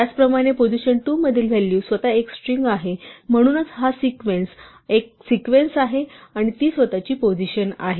त्याचप्रमाणे पोझिशन 2 मधील व्हॅल्यू स्वतः एक स्ट्रिंग आहे आणि म्हणूनच हा seq हा एक सिक्वेन्स आहे आणि ती स्वतःची पोझिशन आहे